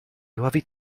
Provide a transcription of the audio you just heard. nuovi